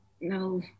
no